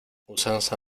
usanza